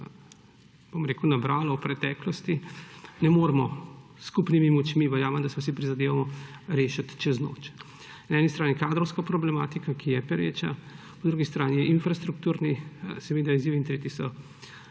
nam je nabralo v preteklosti, ne moremo s skupnimi močmi, verjamem, da si vsi prizadevamo, rešiti čez noč. Na eni strani je kadrovska problematika, ki je pereča, po drugi strani infrastrukturni izzivi in tretje je